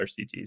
RCTs